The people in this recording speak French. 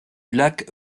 lac